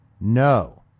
No